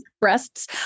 breasts